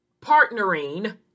partnering